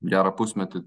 gerą pusmetį